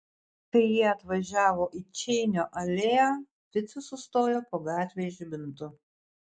kai jie atvažiavo į čeinio alėją ficas sustojo po gatvės žibintu